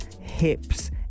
hips